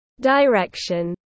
direction